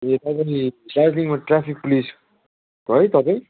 ए तपाईँले दार्जिलिङमा traffic police है तपाईँ